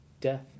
death